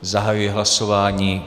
Zahajuji hlasování.